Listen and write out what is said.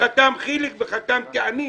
חתם חיליק וחתמתי אני.